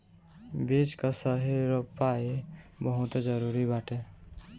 बीज कअ सही रोपाई बहुते जरुरी बाटे